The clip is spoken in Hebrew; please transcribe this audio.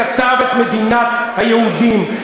כתב את "מדינת היהודים",